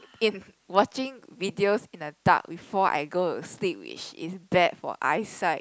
if watching videos in the dark before I go to sleep which is bad for eyesight